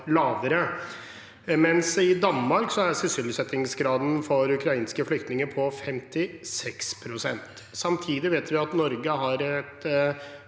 I Danmark er sysselsettingsgraden for ukrainske flyktninger på 56 pst. Samtidig vet vi at Norge har et